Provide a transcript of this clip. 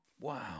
Wow